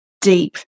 deep